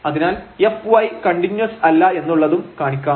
അതിനാൽ fy continuous അല്ല എന്നുള്ളതും കാണിക്കാം